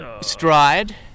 stride